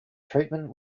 treatment